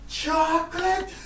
chocolate